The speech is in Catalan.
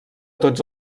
tots